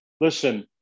listen